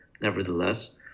Nevertheless